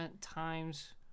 times